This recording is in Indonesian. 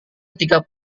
ketika